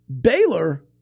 Baylor